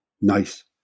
nice